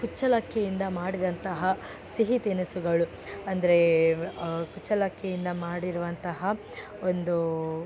ಕುಚ್ಚಲಕ್ಕಿಯಿಂದ ಮಾಡಿದಂತಹ ಸಿಹಿ ತಿನಿಸುಗಳು ಅಂದರೆ ಕುಚ್ಚಲಕ್ಕಿಯಿಂದ ಮಾಡಿರುವಂತಹ ಒಂದು